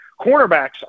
Cornerbacks